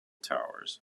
towers